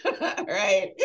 right